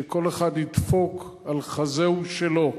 שכל אחד ידפוק על חזהו שלו,